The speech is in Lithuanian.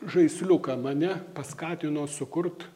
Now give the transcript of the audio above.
žaisliuką mane paskatino sukurt